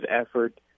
effort